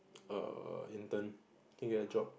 err intern can you add drop